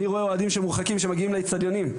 אני רואה אוהדים שמורחקים שמגיעים לאצטדיונים.